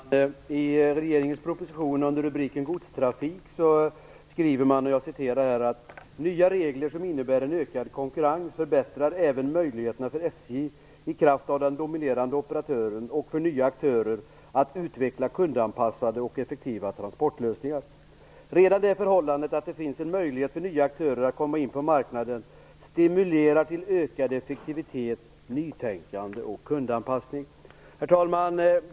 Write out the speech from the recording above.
Herr talman! I regeringens proposition under rubriken Godstrafik skriver man: "Nya regler som innebär en ökad konkurrens förbättrar även möjligheterna för SJ, i kraft av den dominerande operatören, och för nya aktörer att utveckla kundanpassade och effektiva transportlösningar. Redan det förhållandet att det finns en möjlighet för nya aktörer att komma in på marknaden stimulerar till ökad effektivitet, nytänkande och kundanpassning." Herr talman!